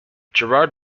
gerard